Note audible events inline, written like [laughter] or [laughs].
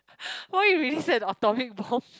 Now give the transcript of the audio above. [laughs] why you reset the atomic bomb